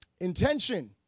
Intention